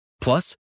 Plus